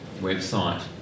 website